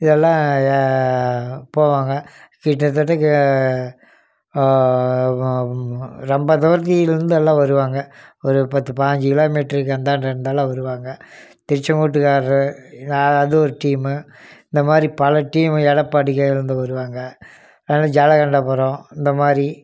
இதெல்லாம் போவாங்க கிட்டத்தட்ட இங்கே ரொம்ப தூரத்திலிருந்து எல்லாம் வருவாங்க ஒரு பத்து பாஞ்சு கிலோமீட்டருக்கு அந்தாண்ட இருந்தெலாம் வருவாங்க திருச்செங்கோட்டுக்காரரு யாராவது ஒரு டீமு இந்த மாதிரி பல டீமு எடப்பாடியிலிருந்து வருவாங்க அதனால ஜலகண்டபுரம் இந்த மாதிரி